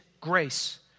grace